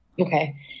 okay